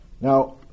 Now